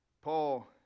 Paul